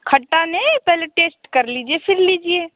खट्टा नहीं पहले टेस्ट कर लीजिए फ़िर लीजिए